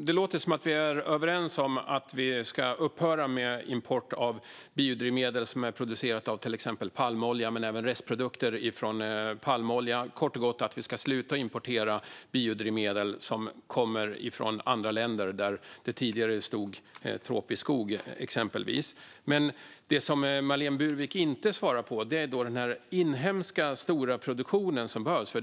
Det låter som att vi är överens om att vi ska upphöra med import av biodrivmedel som är producerade av till exempel palmolja men även av restprodukter från palmolja. Vi ska kort och gott sluta importera biodrivmedel som kommer från andra länder där det tidigare stod tropisk skog, exempelvis. Men det som Marlene Burwick inte svarar på gäller den stora inhemska produktion som behövs.